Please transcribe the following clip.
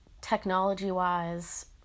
technology-wise